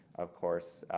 of course,